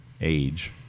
age